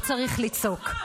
לא צריך לצעוק.